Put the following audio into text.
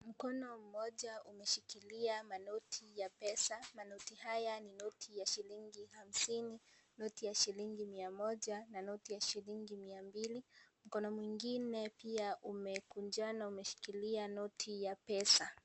Mkono mmoja umeshikilia manoti ya pesa. Manoti hayo ni pesa ya shilingi hamsini, noti ya shilingi mia moja na noti ya shilingi mia mbili. Mkono mwingine pia umekunjana umeshikilia noti ya pesa.